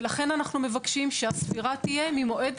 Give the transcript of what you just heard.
ולכן אנחנו מבקשים שהספירה תהיה ממועד